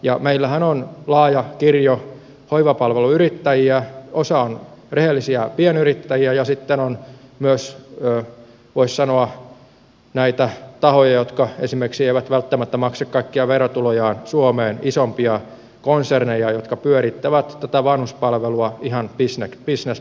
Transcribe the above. ja meillähän on laaja kirjo hoivapalveluyrittäjiä osa on rehellisiä pienyrittäjiä ja sitten on myös voisi sanoa näitä tahoja jotka esimerkiksi eivät välttämättä maksa kaikkia verotulojaan suomeen isompia konserneja jotka pyörittävät tätä vanhuspalvelua ihan bisnespohjalta